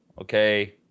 okay